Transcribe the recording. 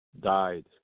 died